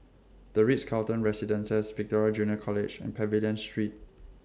The Ritz Carlton Residences Victoria Junior College and Pavilion Street